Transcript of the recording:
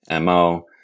MO